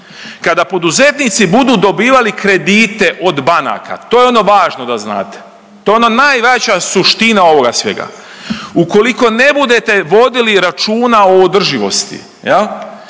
Kada poduzetnici budu dobivali kredite od banaka, to je ono važno da znate, to je ona najveća suština ovoga svega. Ukoliko ne budete vodili računa o održivosti